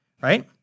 right